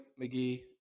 McGee